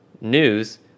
news